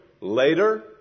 later